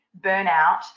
burnout